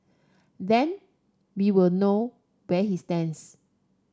then we will know where he stands